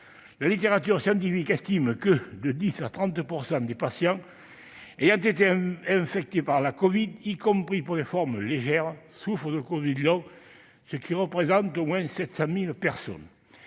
La littérature scientifique estime que 10 % à 30 % des patients ayant été infectés par la covid, y compris sous une forme légère, souffrent de covid long, ce qui représente au moins 700 000 personnes.